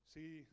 See